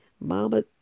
mama